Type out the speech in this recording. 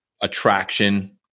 attraction